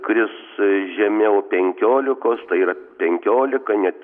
kris žemiau penkiolikos tai yra penkiolika net